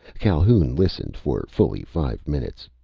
calhoun listened for fully five minutes.